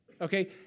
Okay